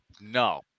no